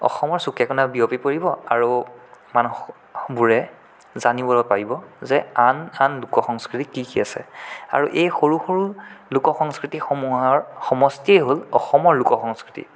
অসমৰ চুকে কোণে বিয়পি পৰিব আৰু মানুহবোৰে জানিব পাৰিব যে আন আন লোক সংস্কৃতি কি কি আছে আৰু এই সৰু সৰু লোক সংস্কৃতি সমূহৰ সমষ্টিয়েই হ'ল অসমৰ লোক সংস্কৃতি